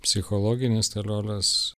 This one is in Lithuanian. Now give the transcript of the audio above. psichologinis teroras